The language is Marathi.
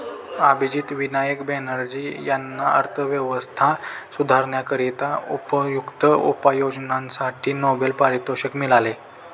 अभिजित विनायक बॅनर्जी यांना अर्थव्यवस्था सुधारण्याकरिता उपयुक्त उपाययोजनांसाठी नोबेल पारितोषिक मिळाले